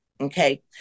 okay